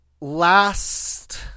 Last